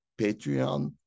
Patreon